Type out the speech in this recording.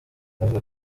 avuga